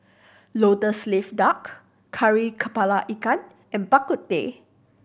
Lotus Leaf Duck Kari Kepala Ikan and Bak Kut Teh